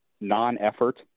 non-effort